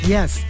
Yes